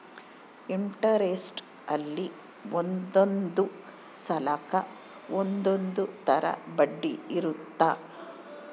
interest ಅಲ್ಲಿ ಒಂದೊಂದ್ ಸಾಲಕ್ಕ ಒಂದೊಂದ್ ತರ ಬಡ್ಡಿ ಇರುತ್ತ